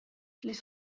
les